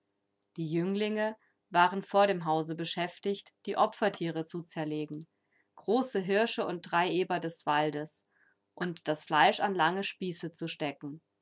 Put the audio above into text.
die jünglinge waren vor dem hause beschäftigt die opfertiere zu zerlegen große hirsche und drei eber des waldes und das fleisch an lange spieße zu stecken